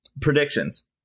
Predictions